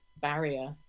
barrier